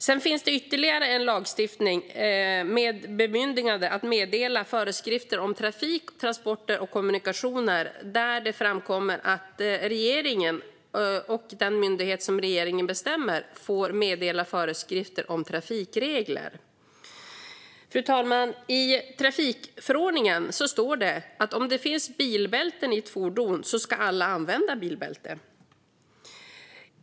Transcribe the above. Sedan finns ytterligare lagstiftning med bemyndigande att meddela föreskrifter om trafik, transporter och kommunikationer. Här framkommer att regeringen och den myndighet som regeringen bestämmer får meddela föreskrifter om trafikregler. Fru talman! I trafikförordningen står det att om det finns bilbälten i ett fordon ska alla använda bilbälte.